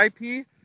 IP